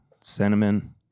cinnamon